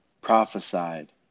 prophesied